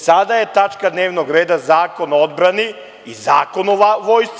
Sada je tačka dnevnog reda Zakon o odbrani i Zakon o Vojsci.